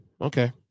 okay